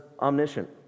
omniscient